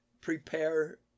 prepare